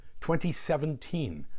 2017